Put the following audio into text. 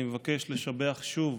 אני מבקש לשבח שוב